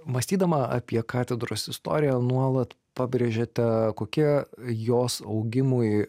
mąstydama apie katedros istoriją nuolat pabrėžėte kokie jos augimui